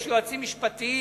יש יועצים משפטיים